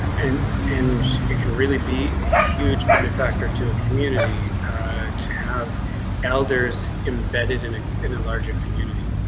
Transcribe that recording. and and it can really be a huge benefactor to a community to have elders embedded in a and larger community.